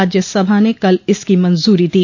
राज्यसभा ने कल इसकी मंजूरी दी